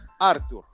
Arthur